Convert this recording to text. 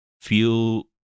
feel